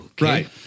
Right